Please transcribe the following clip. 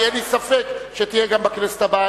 כי אין לי ספק שתהיה גם בכנסת הבאה.